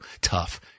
Tough